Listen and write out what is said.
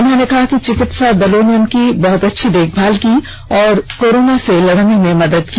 उन्होंने कहा कि चिकित्सा दलों ने उनकी बहुत अच्छी देखभाल की और कोरोना से लड़ने में मदद की